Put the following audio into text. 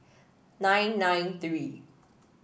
nine nine three